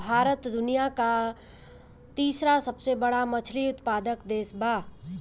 भारत दुनिया का तीसरा सबसे बड़ा मछली उत्पादक देश बा